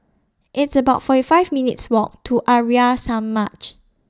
It's about forty five minutes' Walk to Arya Samaj